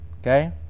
Okay